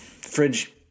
Fridge